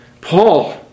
Paul